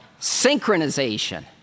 synchronization